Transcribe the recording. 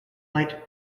light